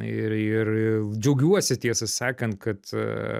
ir ir džiaugiuosi tiesą sakant kad